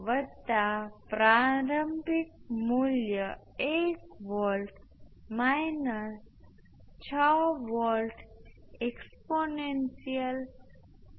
તેથી તે સંતુલન છે તે એક અને આ ભાગ જે મર્યાદિત છે તે ભાગને સંતુલિત કરશે જે પણ મર્યાદિત છે જે સ્ટેપની ત્વરિત સમયે જ છે